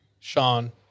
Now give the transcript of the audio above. Sean